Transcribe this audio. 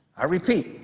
i repeat,